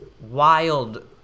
wild